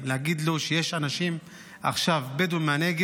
להגיד לו שיש אנשים עכשיו, בדואים מהנגב,